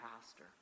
pastor